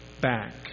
back